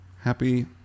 happy